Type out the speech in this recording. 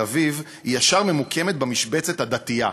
אביב היא ישר ממוקמת במשבצת של הדתייה,